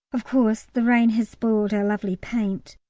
of course the rain has spoilt our lovely paint!